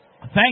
Thank